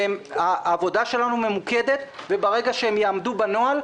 העבודה שלנו ממוקדת וברגע שהם יעמדו בנוהל,